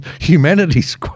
humanity's